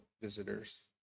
visitors